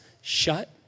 shut